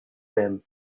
him